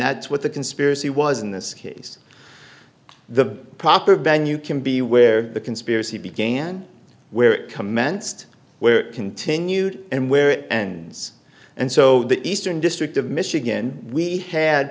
that's what the conspiracy was in this case the proper venue can be where the conspiracy began where it commenced where continued and where it ends and so the eastern district of michigan we had